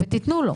ותיתנו לו.